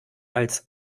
als